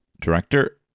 director